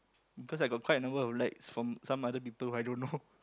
because I got quite a number of likes from some other people I don't know